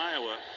Iowa